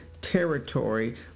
territory